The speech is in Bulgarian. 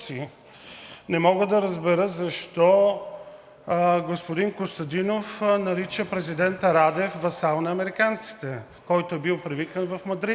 Не мога да разбера защо господин Костадинов нарича президента Радев васал на американците, който е бил привикан в Мадрид?